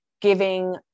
giving